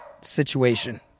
situation